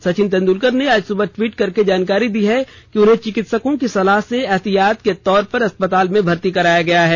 सचिन तेन्दुलकर ने आज सुबह ट्वीट करके जानकारी दी कि उन्हें चिकित्सकों की सलाह से एहतियात के तौर पर अस्पताल में भर्ती कराया गया है